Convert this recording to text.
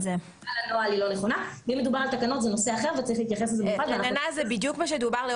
נהלים אלא יהיו תקנות וזה לא מה שמופיע כרגע בנוסח.